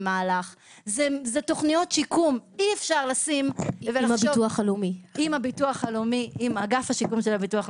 זה תוכניות שיקום --- עם אגף השיקום של הביטוח הלאומי,